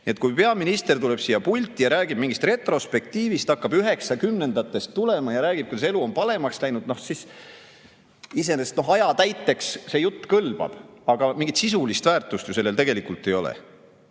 kui peaminister tuleb siia pulti ja räägib mingist retrospektiivist – ta hakkab 1990-ndatest tulema ja räägib, kuidas elu on paremaks läinud –, siis iseenesest aja täiteks see jutt kõlbab, aga mingit sisulist väärtust sellel ju tegelikult ei ole.